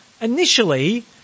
initially